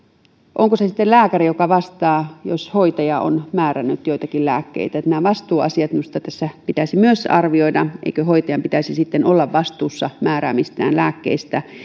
onko se sitten lääkäri joka vastaa jos hoitaja on määrännyt joitakin lääkkeitä minusta myös nämä vastuuasiat tässä pitäisi arvioida eikö hoitajan pitäisi sitten olla vastuussa määräämistään lääkkeistä